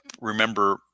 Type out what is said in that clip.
remember